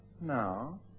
Now